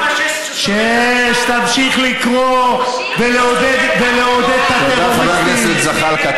אני לא פאשיסט, תמשיך לקרוא ולעודד את הטרוריסטים.